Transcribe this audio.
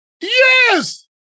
Yes